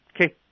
okay